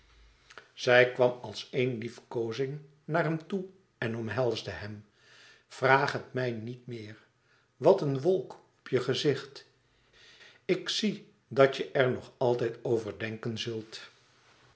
zij kwam als eéne liefkoozing naar hem toe en omhelsde hem vraag het mij niet meer wat een wolk op je gezicht ik zie dat je er nog altijd over denken zult